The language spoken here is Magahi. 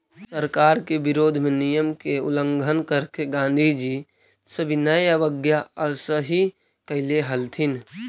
सरकार के विरोध में नियम के उल्लंघन करके गांधीजी सविनय अवज्ञा अइसही कैले हलथिन